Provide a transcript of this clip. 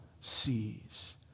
sees